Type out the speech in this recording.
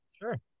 Sure